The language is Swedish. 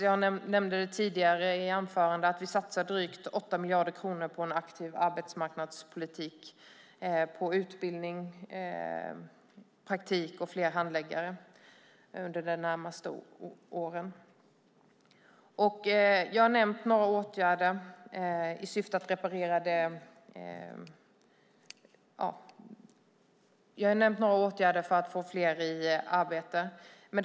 Jag nämnde tidigare i mitt anförande att vi satsar drygt 8 miljarder kronor på en aktiv arbetsmarknadspolitik, på utbildning, praktik och fler handläggare under de närmaste åren. Jag har nämnt några åtgärder i syfte att reparera situationen och få fler i arbete.